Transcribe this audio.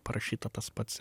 parašyta tas pats